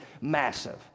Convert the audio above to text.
massive